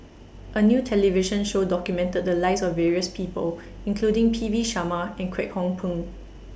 A New television Show documented The Lives of various People including P V Sharma and Kwek Hong Png